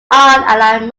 allied